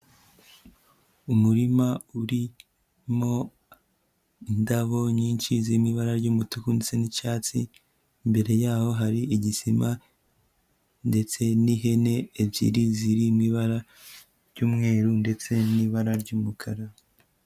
Umurima uririmo indabo nyinshi zibara ry'umutuku ndetse n'icyatsi, imbere yaho hari igisima ndetse n'ihene ebyiri zirimo ibara ry'umweru ndetse n'ibara ry'umukara.